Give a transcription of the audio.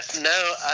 no